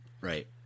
Right